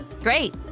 Great